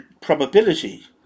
probability